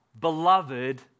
beloved